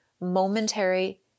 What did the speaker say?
momentary